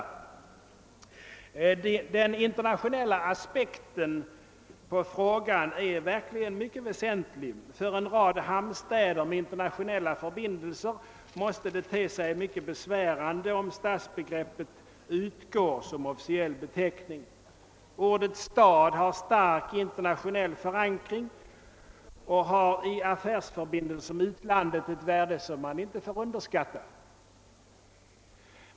Den internationella aspekten på frågan är verkligen mycket väsentlig. För en rad hamnstäder med internationella förbindelser måste det te sig mycket besvärande om stadsbegreppet utgår som officiell beteckning. Ordet stad har stark internationell förankring och har i affärsförbindelser med utlandet ett värde som man inte får underskatta.